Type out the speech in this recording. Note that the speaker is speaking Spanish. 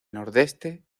nordeste